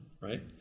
right